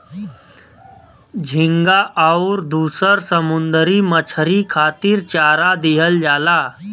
झींगा आउर दुसर समुंदरी मछरी खातिर चारा दिहल जाला